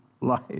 life